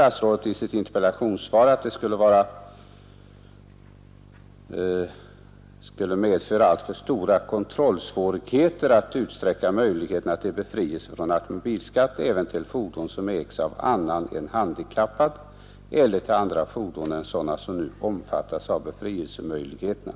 Statsrådet säger vidare i interpellationssvaret att det enligt hans mening skulle leda till alltför stora kontrollsvårigheter att utsträcka möjligheterna till befrielse från automobilskatt även till fordon som ägs äv annan än handikappad eller till andra fordon än sådana som nu omfattas av befrielsemöjligheterna.